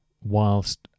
whilst